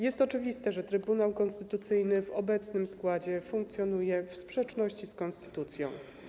Jest oczywiste, że Trybunał Konstytucyjny w obecnym składzie funkcjonuje w sprzeczności z konstytucją.